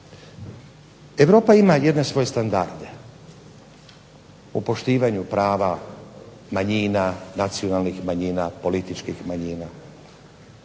Europa ima jedne svoje standarde o poštivanju prava manjina, nacionalnih manjina, političkih manjina